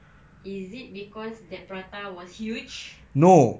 is it because the prata was huge